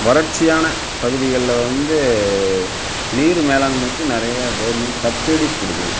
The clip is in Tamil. வறட்சியான பகுதிகளில் வந்து நீர் மேலாண்மைக்கு நிறையா கவர்மெண்ட் சப்சீடியஸ் கொடுக்குது